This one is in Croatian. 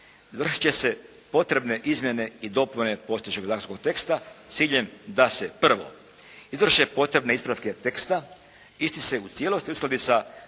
vršit će se potrebne izmjene i dopune postojećeg zakonskog teksta s ciljem da se: Prvo, izvrše potrebne ispravke teksta. Isti se u cijelosti uskladi sa